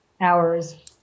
hours